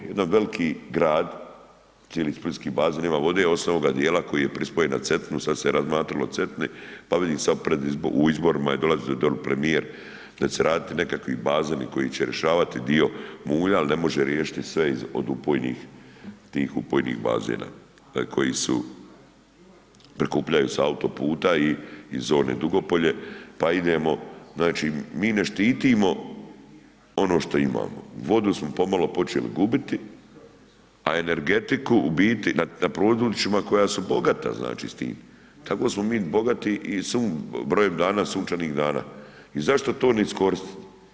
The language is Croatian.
Jedan veliki grad, cijeli splitski bazen ima vode osim ovoga djela koji je prespojen na Cetinu, sad se razmatralo o Cetini, pa vidimo da je sad u izborima je dolazio dolje premijer da će se raditi nekakvi bazeni koji će rješavati dio mulja ali ne može riješiti sve od upojih, tih upojnih bazena koji se prikupljaju sa autoputa i zine Dugopolje pa idemo znači, mi ne štitimo ono što imamo, vodu smo pomalo počeli gubiti, a energetiku u biti na područjima koja su bogata znači s tim, tako smo mi bogati i brojem dana sunčanih dana i zašto to ne iskoristiti.